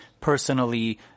personally